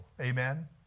Amen